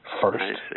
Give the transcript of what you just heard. first